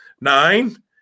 nine